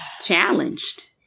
challenged